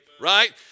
right